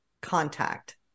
contact